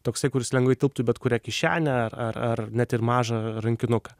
toksai kuris lengvai tilptų į bet kurią kišenę ar ar ar net ir mažą rankinuką